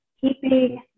keeping